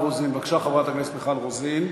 בבקשה, חברת הכנסת מיכל רוזין.